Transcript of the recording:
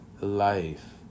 life